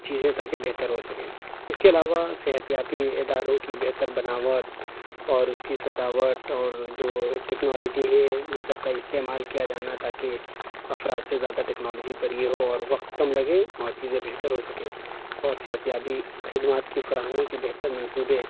چیزیں تاکہ بہتر ہو سکے اس کے علاوہ صحتیابی اداروں کی بہتر بناوٹ اور اس کی سجاوٹ اور جو ٹکنالیجی ہے ان سب کا استعمال کیا جانا تاکہ افراد سے زیادہ ٹکنالوجی پر یہ ہو اور وقت کم لگے اور چیزیں بہتر ہو سکے اور صحتیابی خدمات کی فراہمی کی بہتر منصوبے